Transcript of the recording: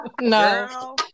no